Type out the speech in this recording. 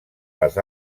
les